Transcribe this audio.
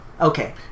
Okay